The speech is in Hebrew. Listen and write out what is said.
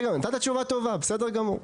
נתת תשובה טובה, בסדר גמור.